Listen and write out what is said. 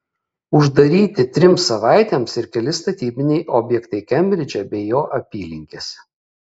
uždaryti trims savaitėms ir keli statybiniai objektai kembridže bei jo apylinkėse